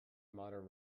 modern